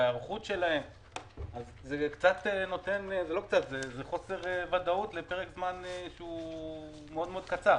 זה גורם להם לחוסר ודאות לפרק זמן שהוא מאוד מאוד קצר.